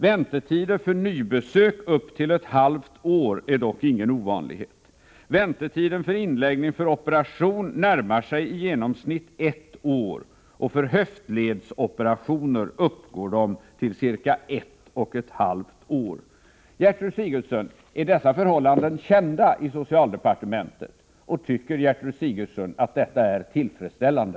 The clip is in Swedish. Väntetider på upp till ett halvt år för nybesök är dock ingen ovanlighet. Väntetiden för inläggning för operation närmar sig i genomsnitt ett år, och för höftledsoperationer uppgår den till cirka ett och ett halvt år. Gertrud Sigurdsen, är dessa förhållanden kända i socialdepartementet, och tycker Gertrud Sigurdsen att detta är tillfredsställande?